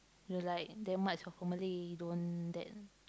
you like that much of a Malay don't then